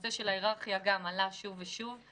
גם נושא ההיררכיה עלה שוב ושוב.